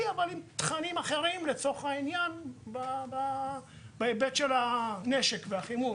אבל עם תכנים אחרים בהיבט של הנשק והחימוש,